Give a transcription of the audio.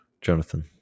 Jonathan